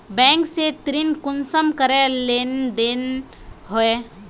Bank से ऋण कुंसम करे लेन देन होए?